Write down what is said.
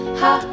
ha